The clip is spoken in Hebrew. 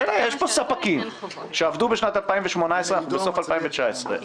פה ספקים שעבדו מ-2018 עד סוף 2019,